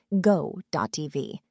go.tv